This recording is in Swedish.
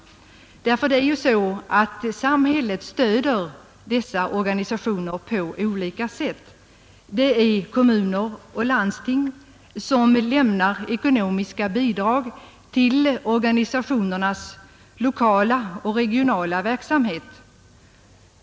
Nu stöder samhället dessa organisationer på olika sätt. Kommuner och landsting lämnar ekonomiska bidrag till organisationernas lokala och regionala verksamhet.